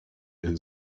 and